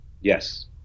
Yes